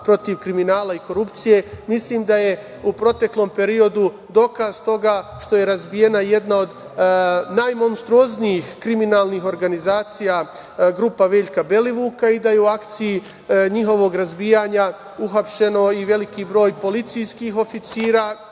protiv kriminala i korupcije. Mislim da je u proteklom periodu dokaz toga što je razbijena jedna od najmonstruoznijih kriminalnih organizacija, grupa Veljka Belivuka, i da je u akciji njihovog razbijanja uhapšeno i veliki broj policijskih oficira,